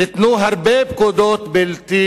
ניתנו הרבה פקודות בלתי